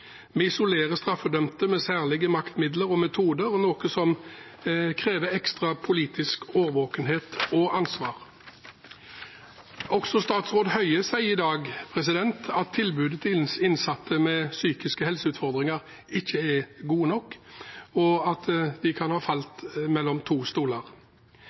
Vi isolerer straffedømte med særlige maktmidler og metoder, noe som krever ekstra politisk årvåkenhet og ansvar. Også statsråd Høie sier i dag at tilbudet til innsatte med psykiske helseutfordringer ikke er godt nok, og at de kan ha falt mellom to stoler.